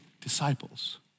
disciples